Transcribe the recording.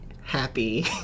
happy